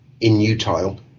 inutile